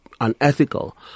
unethical